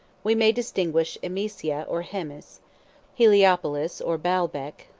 we may distinguish emesa or hems, heliopolis or baalbec,